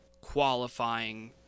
qualifying